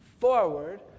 forward